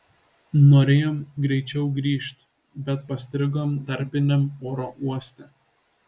norėjom greičiau grįžt bet pastrigom tarpiniam oro uoste